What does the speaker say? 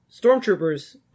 stormtroopers